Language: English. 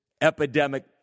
epidemic